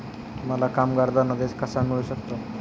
मला कामगार धनादेश कसा मिळू शकतो?